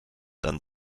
dann